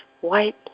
white